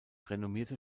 renommierte